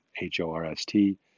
H-O-R-S-T